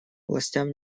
властям